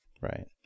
Right